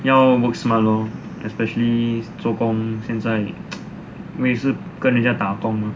要 work smart lor especially 做工现在每次跟人家打工